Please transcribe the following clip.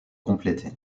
complétée